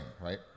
right